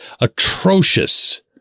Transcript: atrocious